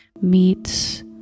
meets